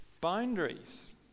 boundaries